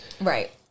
Right